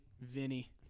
Vinny